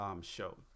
show